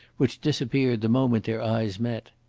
which disappeared the moment their eyes met.